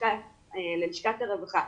ללשכת הרווחה.